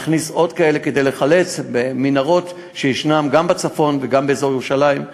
נכניס עוד כאלה כדי לחלץ במנהרות שיש גם בצפון וגם באזור ירושלים,